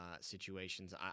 situations